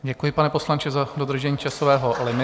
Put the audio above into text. Děkuji, pane poslanče, za dodržení časového limitu.